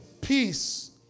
peace